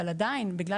אבל עדיין, בגלל